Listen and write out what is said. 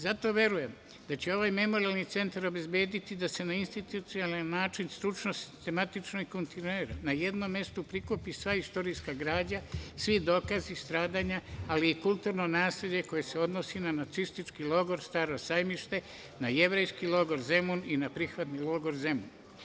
Zato verujem da će ovaj Memorijalni centar obezbediti da se na institucionalni način stručnost tematično i kontinuirano na jednom mestu prikupi sva istorijska građa, svi dokazi stradanja, ali i kulturno nasleđe koje se odnosi na nacistički logor „Staro Sajmište“, na Jevrejski logor „Zemun“ i na prihvatni logor Zemun.